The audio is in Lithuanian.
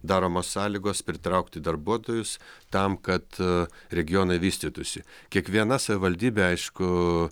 daromos sąlygos pritraukti darbuotojus tam kad regionai vystytųsi kiekviena savivaldybė aišku